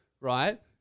right